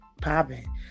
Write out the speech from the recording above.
popping